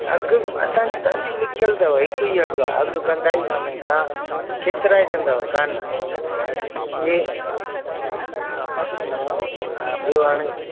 अघु असांजी दादी लिखयलु अथव हिकु ई अघु आहे अघु कंदा ई कान आहियूं तव्हां केतिरा ई थींदव कान ॿिए हा हा ॿियो हाणे